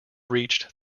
reached